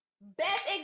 best